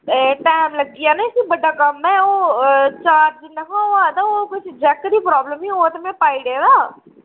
एह् टैम लग्गी जाने फ्ही बड्डा कम्म ऐ ओह् चार्ज नहां होआ दा ओह् कुछ जैक्क दी प्राब्लम ही ओह् ते में पाई ओड़ेआ दा